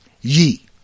ye